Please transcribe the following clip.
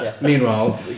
meanwhile